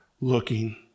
looking